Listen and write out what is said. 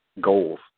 Goals